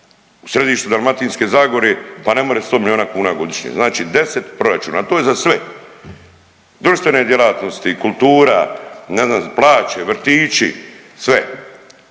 u središtu Dalmatinske zagore pa ne more 100 milijuna godišnje. Znači, 10 proračuna. To je za sve društvene djelatnosti, kultura, ne znam plaće, vrtići, sve.